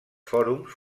fòrums